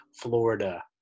Florida